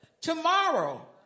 Tomorrow